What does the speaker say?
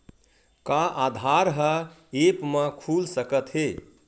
का आधार ह ऐप म खुल सकत हे?